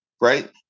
Right